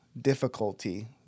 difficulty